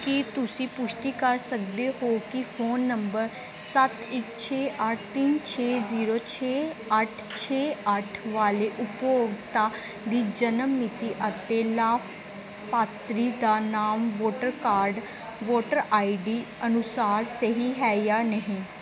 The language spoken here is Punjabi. ਕੀ ਤੁਸੀਂ ਪੁਸ਼ਟੀ ਕਰ ਸਕਦੇ ਹੋ ਕਿ ਫੋਨ ਨੰਬਰ ਸੱਤ ਇਕ ਛੇ ਅੱਠ ਤਿੰਨ ਛੇ ਜ਼ੀਰੋ ਛੇ ਅੱਠ ਛੇ ਅੱਠ ਵਾਲੇ ਉਪਭੋਗਤਾ ਦੀ ਜਨਮਮਿਤੀ ਅਤੇ ਲਾਭਪਾਤਰੀ ਦਾ ਨਾਮ voter card voter I D ਅਨੁਸਾਰ ਸਹੀ ਹੈ ਜਾਂ ਨਹੀਂ